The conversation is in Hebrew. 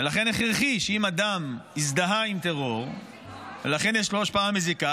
ולכן הכרחי שאם אדם הזדהה עם טרור ולכן יש לו השפעה מזיקה,